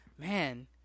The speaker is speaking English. Man